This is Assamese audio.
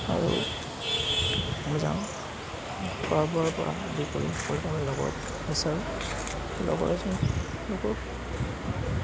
আৰু ফুৰিব যাওঁ খোৱা বোৱাৰ পৰা আদি কৰি